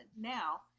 now